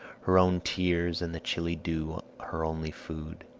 her own tears and the chilly dew her only food.